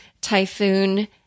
Typhoon